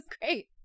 great